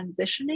transitioning